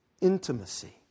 intimacy